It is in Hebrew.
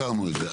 הכרנו את זה.